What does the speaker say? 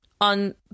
on